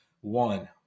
One